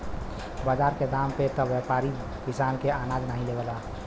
बाजार के दाम पे त व्यापारी किसान के अनाज नाहीं लेवलन